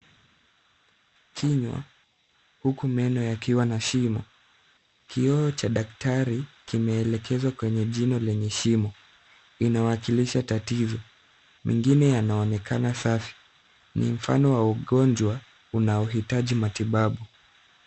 Kinywa huku meno yakiwa na shimo, kioo cha daktari kimeelekezwa kwenye jino lenye shimo, Inawakilisha tatizo. Mengine yanaonekana safi, ni mfano wa ugonjwa unaohitaji matibabu.